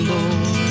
Lord